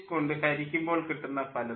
കൊണ്ട് ഹരിക്കുമ്പോൾ കിട്ടുന്ന ഫലത്തെ